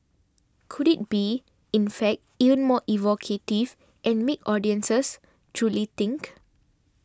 could it be in fact even more evocative and make audiences truly think